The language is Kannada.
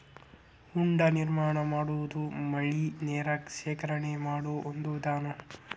ಹೊಂಡಾ ನಿರ್ಮಾಣಾ ಮಾಡುದು ಮಳಿ ನೇರ ಶೇಖರಣೆ ಮಾಡು ಒಂದ ವಿಧಾನಾ